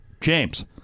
James